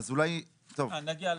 אז אולי נגיע לזה.